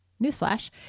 newsflash